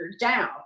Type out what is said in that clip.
down